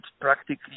practically